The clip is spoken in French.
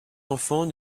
enfants